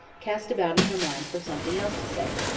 cast about in her mind for something else to say.